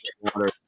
water